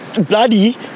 bloody